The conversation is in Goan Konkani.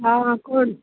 आं कोण